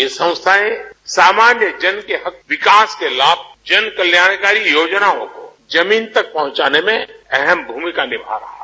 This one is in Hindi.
यह संस्थायें सामान्य जन हक के विकास लाभ जन कल्याणकारी योजनाएं जमीन तक पहुंचाने में अहम भूमिका निभा रहा है